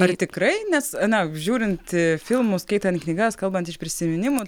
ar tikrai nes na žiūrint filmus skaitant knygas kalbant iš prisiminimų